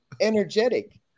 energetic